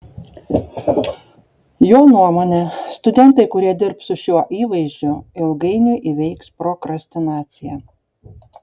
jo nuomone studentai kurie dirbs su šiuo įvaizdžiu ilgainiui įveiks prokrastinaciją